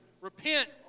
Repent